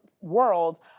world